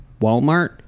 Walmart